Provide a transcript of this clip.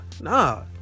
nah